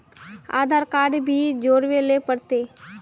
आधार card भी जोरबे ले पड़ते?